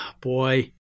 Boy